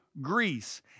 Greece